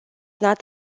not